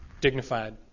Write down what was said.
dignified